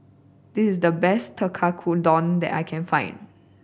this is the best Tekkadon that I can find